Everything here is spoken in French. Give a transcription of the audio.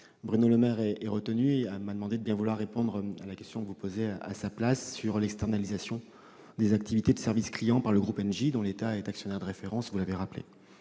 Bruno Le Maire, retenu, m'a demandé de bien vouloir répondre à sa place à la question que vous posez sur l'externalisation des activités de « service clients » par le groupe Engie, dont l'État est actionnaire de référence, comme vous l'avez rappelé.